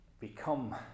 become